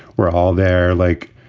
we're all there like,